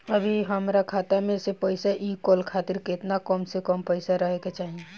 अभीहमरा खाता मे से पैसा इ कॉल खातिर केतना कम से कम पैसा रहे के चाही?